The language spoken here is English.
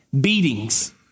beatings